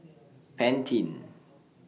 Pantene